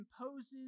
imposes